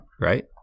right